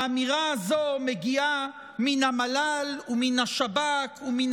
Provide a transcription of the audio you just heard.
האמירה הזו מגיעה מן המל"ל ומן השב"כ ומן